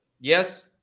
Yes